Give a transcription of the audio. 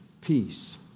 peace